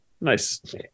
Nice